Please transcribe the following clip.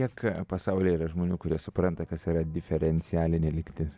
kiek pasaulyje yra žmonių kurie supranta kas yra diferencialinė lygtis